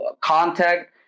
contact